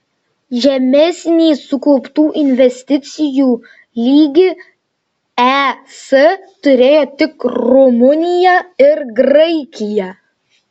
žemesnį sukauptų investicijų lygį es turėjo tik rumunija ir graikija